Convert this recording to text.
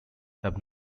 have